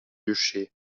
bûcher